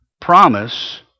promise